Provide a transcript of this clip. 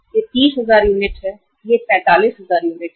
यह 30000 यूनिट है और यह 45000 यूनिट सही है